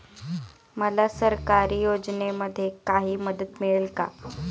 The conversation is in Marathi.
मला सरकारी योजनेमध्ये काही मदत मिळेल का?